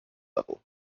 level